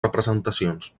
representacions